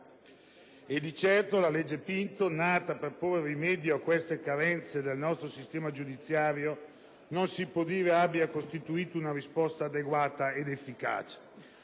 dire che la legge Pinto, nata per porre rimedio a tali carenze del nostro sistema giudiziario, abbia costituito una risposta adeguata ed efficace.